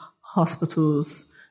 hospitals